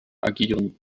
agieren